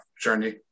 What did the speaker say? journey